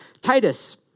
Titus